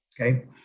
Okay